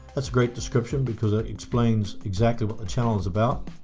that's a great description because it explains exactly what the channel is about